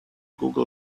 google